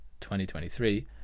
2023